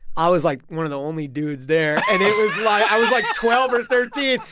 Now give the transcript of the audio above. i was, like, one of the only dudes there and it was like i was like twelve or thirteen.